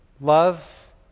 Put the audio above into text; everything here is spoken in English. love